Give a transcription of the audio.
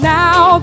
now